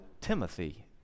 Timothy